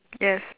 yes